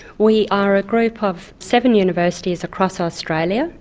we are a group of seven universities across australia,